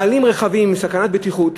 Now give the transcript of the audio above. ומעלים לכביש רכבים עם סכנת בטיחות.